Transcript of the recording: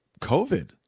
COVID